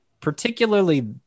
particularly